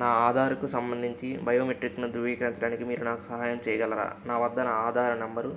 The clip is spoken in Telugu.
నా ఆధార్కు సంబంధించిన బయోమెట్రిక్ను ధృవీకరించడానికి మీరు నాకు సహాయం చెయ్యగలరా నా వద్ద నా ఆధార నంబరు